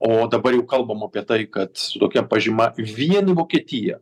o dabar jau kalbama apie tai kad su tokia pažyma vien į vokietiją